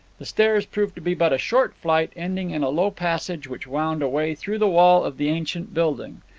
the stairs proved to be but a short flight, ending in a low passage, which wound away through the wall of the ancient building.